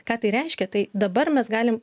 ką tai reiškia tai dabar mes galim